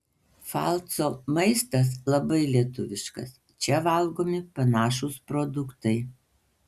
pfalco maistas labai lietuviškas čia valgomi panašūs produktai